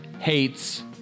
hates